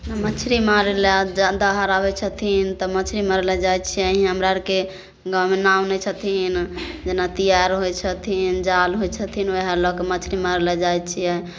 मछरी मारय लए जा दाहार आबै छथिन तऽ मछरी मारय लए जाइ छियै हमरा आरके गाँवमे नाव नहि छथिन जेना तियार होइ छथिन जाल होइ छथिन वएह लऽ के मछरी मारय लए जाइ छियै